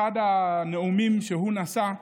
באחד הנאומים שהוא נשא,